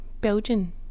Belgian